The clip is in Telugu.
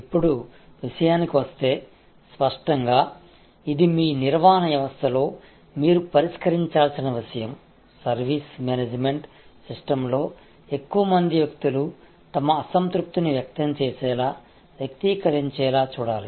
ఇప్పుడు విషయానికి వస్తే స్పష్టంగా ఇది మీ నిర్వహణ వ్యవస్థలో మీరు పరిష్కరించాల్సిన విషయంసర్వీస్ మేనేజ్మెంట్ సిస్టమ్ లో ఎక్కువ మంది వ్యక్తులు తమ అసంతృప్తిని వ్యక్తం చేసేలా వ్యక్తీకరించేలా చూడాలి